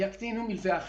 יקטינו מלווה אחר.